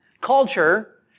culture